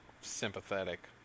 sympathetic